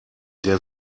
der